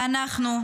ואנחנו,